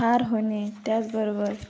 ठार होणे त्याचबरोबर